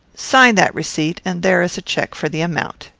sign that receipt, and there is a check for the amount.